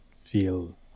feel